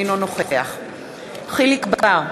אינו נוכח יחיאל חיליק בר,